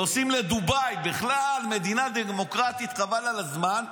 נוסעים לדובאי, בכלל מדינה דמוקרטית חבל על הזמן.